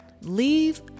leave